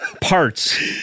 parts